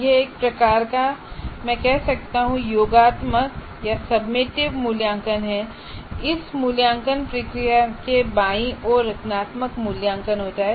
यह एक प्रकार का मैं इसे कह सकता हूं योगात्मक सबमिटेडमूल्यांकन है और मैं इस मूल्यांकन प्रक्रिया के बाईं ओर रचनात्मक मूल्यांकन होता है